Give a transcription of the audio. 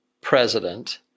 president